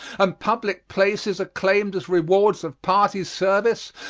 and public places are claimed as rewards of party service,